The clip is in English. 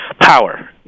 Power